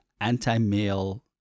anti-male